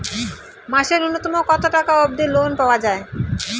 মাসে নূন্যতম কতো টাকা অব্দি লোন পাওয়া যায়?